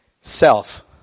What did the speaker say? Self